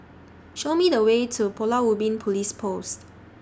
Show Me The Way to Pulau Ubin Police Post